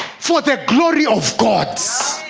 for the glory of god